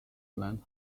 lent